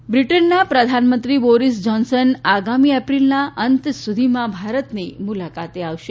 Johnson Bharat બ્રિટનના પ્રધાનમંત્રી Boris Johnson આગામી એપ્રિલના અંત સુધીમાં ભારતની મુલાકાતે આવશે